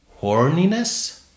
horniness